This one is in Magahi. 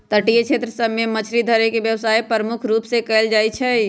तटीय क्षेत्र सभ में मछरी धरे के व्यवसाय प्रमुख रूप से कएल जाइ छइ